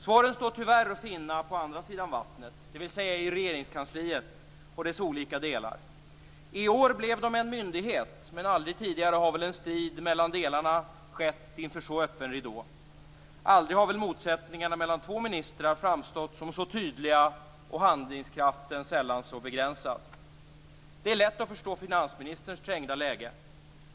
Svaren står tyvärr att finna på andra sidan vattnet - dvs. i Regeringskansliet och dess olika delar. I år blev de en myndighet, men aldrig tidigare har väl en strid mellan delarna skett inför så öppen ridå. Aldrig har väl motsättningarna mellan två ministrar framstått som så tydliga och handlingskraften sällan så begränsad. Det är lätt att förstå finansministerns trängda läge.